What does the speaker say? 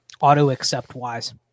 auto-accept-wise